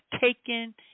taken